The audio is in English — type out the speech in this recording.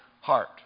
heart